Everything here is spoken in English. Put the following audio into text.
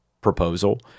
proposal